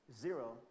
zero